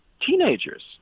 teenagers